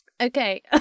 Okay